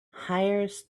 hires